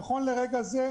נכון לרגע זה,